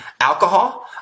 alcohol